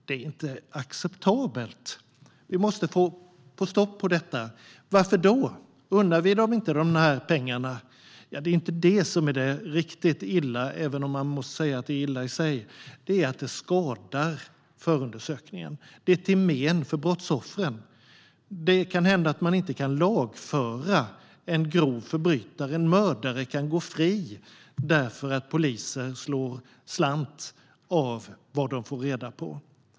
Det är inte acceptabelt. Vi måste få stopp på detta. Varför då? Unnar vi inte poliserna dessa pengar? Det är inte det som är det riktigt illa - även om det är illa i sig - utan det är att det skadar förundersökningen. Det är till men för brottsoffren. Följden kan bli att det inte går att lagföra en grov förbrytare. En mördare kan gå fri därför att polisen slår mynt av vad man får reda på.